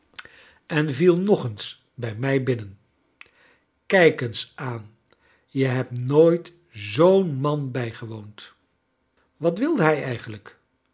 en viel i nog eens bij mij binnen kijk eens i aan te hebt nooit zoo'n man bijgei woond j wat wilde hij eigenlijk